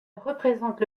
représente